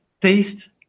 taste